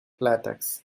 latex